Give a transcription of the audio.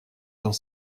dans